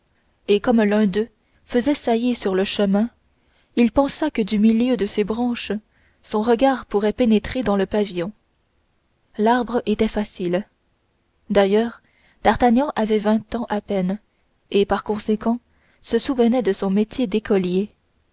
et comme l'un d'eux faisait saillie sur le chemin il pensa que du milieu de ses branches son regard pourrait pénétrer dans le pavillon l'arbre était facile d'ailleurs d'artagnan avait vingt ans à peine et par conséquent se souvenait de son métier d'écolier